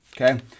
okay